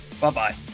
Bye-bye